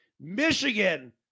Michigan